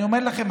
אני אומר לכם,